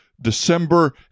December